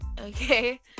Okay